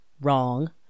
Wrong